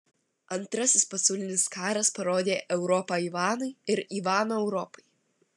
antrasis pasaulinis karas parodė europą ivanui ir ivaną europai